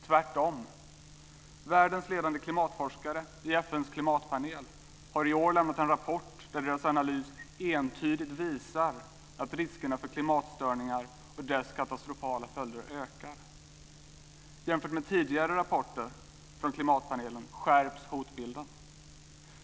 Tvärtom: Världens ledande klimatforskare i FN:s klimatpanel har i år lämnat en rapport vars analys entydigt visar att riskerna för klimatstörningar och katastrofala följder härav ökar. Jämfört med tidigare rapporter från klimatpanelen skärps hotbilden.